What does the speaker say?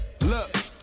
look